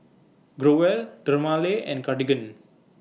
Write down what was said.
Growell Dermale and Cartigain